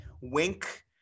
Wink